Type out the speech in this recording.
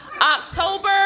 october